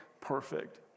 perfect